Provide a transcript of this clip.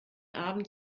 abend